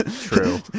true